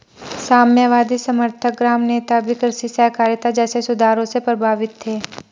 साम्यवादी समर्थक ग्राम नेता भी कृषि सहकारिता जैसे सुधारों से प्रभावित थे